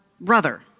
brother